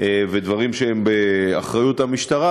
ודברים שהם באחריות המשטרה,